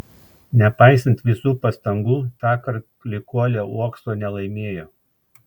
nepaisant visų pastangų tąkart klykuolė uokso nelaimėjo